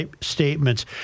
statements